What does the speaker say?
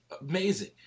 amazing